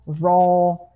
raw